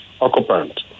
occupant